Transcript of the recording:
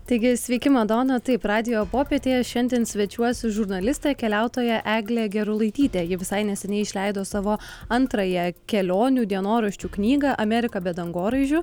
taigi sveiki madona taip radijo popietėje šiandien svečiuosis žurnalistė keliautoja eglė gerulaitytė ji visai neseniai išleido savo antrąją kelionių dienoraščių knygą amerika be dangoraižių